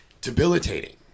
Debilitating